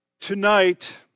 Tonight